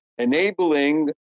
Enabling